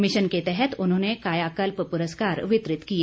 mission के तहत उन्होंने कायाकल्प पुरस्कार वितरित किए